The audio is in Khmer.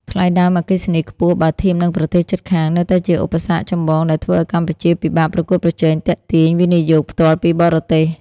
ថ្លៃដើមអគ្គិសនីខ្ពស់បើធៀបនឹងប្រទេសជិតខាង នៅតែជាឧបសគ្គចម្បងដែលធ្វើឱ្យកម្ពុជាពិបាកប្រកួតប្រជែងទាក់ទាញ វិនិយោគផ្ទាល់ពីបរទេស។